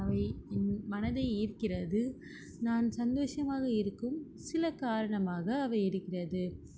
அவை என் மனதை ஈர்க்கிறது நான் சந்தோஷமாக இருக்கும் சில காரணமாக அவை இருக்கிறது